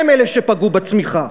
הם שפגעו בצמיחה.